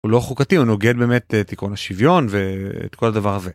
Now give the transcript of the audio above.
הוא לא חוקתי הוא נוגד באמת תיקון השוויון ואת כל הדבר הזה.